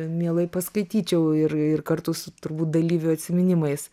mielai paskaityčiau ir ir kartu su turbūt dalyvių atsiminimais